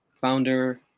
founder